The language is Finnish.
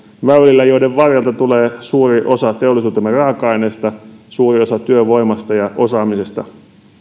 väylillä joiden varrelta tulee suuri osa teollisuutemme raaka aineesta suuri osa työvoimasta ja osaamisesta